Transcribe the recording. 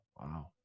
wow